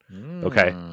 Okay